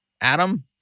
Adam